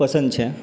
પસંદ છે